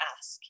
ask